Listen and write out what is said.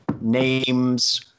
names